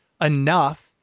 enough